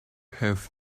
have